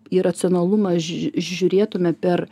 į racionalumą ž žiū žiūrėtume per